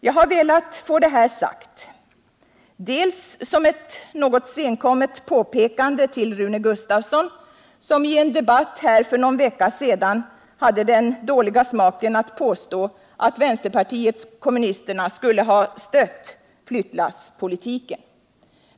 Jag har velat få detta sagt såsom ett något senkommet påpekande till Rune Gustavsson, som i en debatt här för någon vecka sedan hade den dåliga smaken att påstå att vänsterpartiet kommunisterna skulle ha stött flyttlasspolitiken.